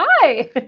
Hi